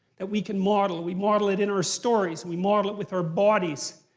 that we can model. we model it and our stories, and we model it with our bodies.